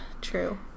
True